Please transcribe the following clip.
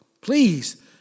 Please